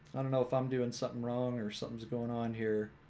i don't know if i'm doing something wrong or something's going on here